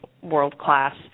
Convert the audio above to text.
world-class